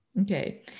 okay